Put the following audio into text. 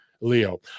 Leo